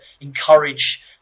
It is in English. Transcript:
encourage